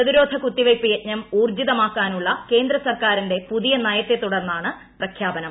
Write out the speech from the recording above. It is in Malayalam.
പ്രതിരോധ കുത്തിവയ്പ്പ് യജ്ഞം ഊർജിതമാക്കാനുളള കേന്ദ്ര സർക്കാരിന്റെ പുതിയ നയത്തെ തുടർന്നാണ് പ്രഖ്യാപനം